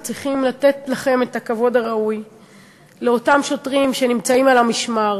צריכים לתת את הכבוד הראוי לאותם שוטרים שנמצאים על המשמר,